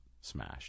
smashed